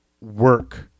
work